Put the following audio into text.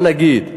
מה נגיד?